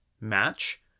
match